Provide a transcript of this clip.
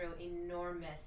enormous